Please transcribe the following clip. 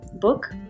book